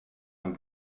den